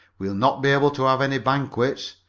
we'll not be able to have any banquets,